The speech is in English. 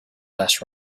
less